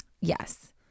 Yes